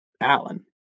Allen